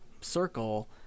circle